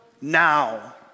now